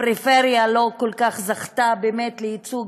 הפריפריה לא כל כך זכתה באמת לייצוג